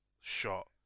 shot